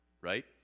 right